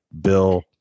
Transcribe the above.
Bill